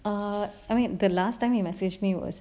uh I mean the last time he message me was november the